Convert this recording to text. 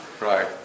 Right